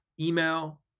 email